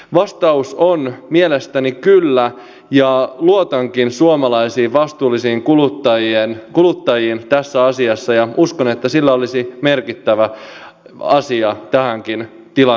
vastaus on mielestäni kyllä ja luotankin suomalaisiin vastuullisiin kuluttajiin tässä asiassa ja uskon että se olisi merkittävä asia tähänkin tilanteeseen